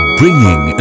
bringing